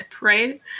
right